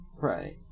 Right